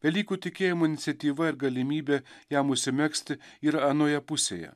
velykų tikėjimo iniciatyva ir galimybė jam užsimegzti ir anoje pusėje